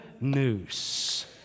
news